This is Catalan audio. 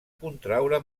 contraure